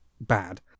bad